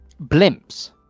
Blimps